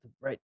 right